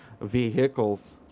vehicles